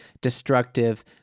destructive